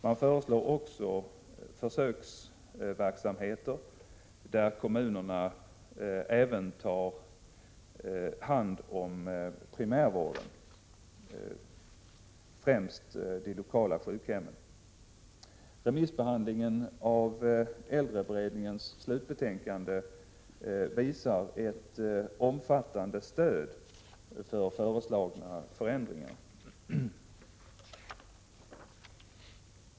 Man föreslår också försöksverksamheter där kommunerna även tar hand om primärvården, främst de lokala sjukhemmen. Remissbehandlingen av äldreberedningens slutbetänkande visar ett omfattande stöd för föreslagna förändringar.